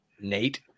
Nate